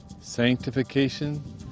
sanctification